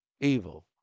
evil